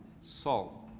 salt